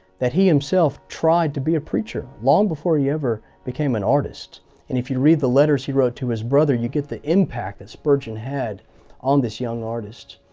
that he himself tried to be a preacher, long before he ever became an artist, and if you read the letters he wrote to his brother, you get the impact that spurgeon had on this young artist.